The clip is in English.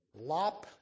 lop